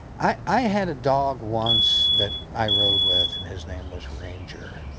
i i had a dog once that i rode with. and his name was ranger.